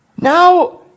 Now